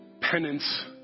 penance